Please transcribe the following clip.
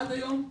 עד היום,